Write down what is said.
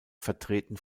vertreten